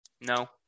No